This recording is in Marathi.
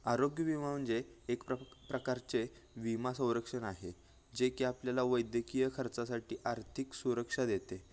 आरोग्य विमा म्हणजे एक प्र प्रकारचे विमा संरक्षण आहे जे की आपल्याला वैद्यकीय खर्चासाठी आर्थिक सुरक्षा देते